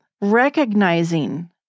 recognizing